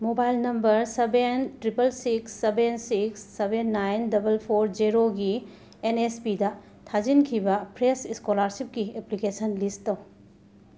mobile number seven triple six seven six seven nine double four ꯖꯦꯔꯣꯒꯤ N S ꯄꯤꯗ ꯊꯥꯖꯤꯟꯈꯤꯕ fresh ꯁ꯭ꯀꯣꯂꯔꯁꯤꯞꯀꯤ application list ꯇꯧ